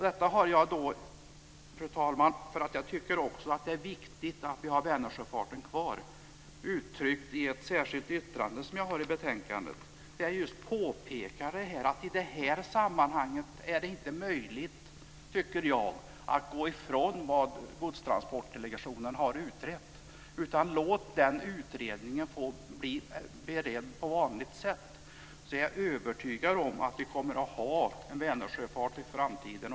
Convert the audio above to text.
Detta har jag uttryckt, fru talman, då jag också tycker att det är viktigt att vi har Vänersjöfarten kvar, i ett särskilt yttrande i betänkandet där jag just påpekar att det i detta sammanhang inte är möjligt att gå ifrån vad Godstransportdelegationen har utrett. Låt den utredningen få bli beredd på vanligt sätt, så är jag övertygad om att vi kommer att ha en Vänersjöfart också i framtiden!